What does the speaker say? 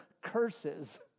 curses